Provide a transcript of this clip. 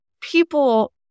people